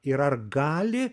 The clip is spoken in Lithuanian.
ir ar gali